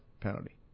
penalty